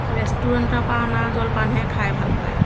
ৰেষ্টুৰেণ্টৰ পৰা অনা জলপানহে খাই ভাল পায়